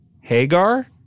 Hagar